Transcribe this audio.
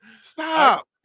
Stop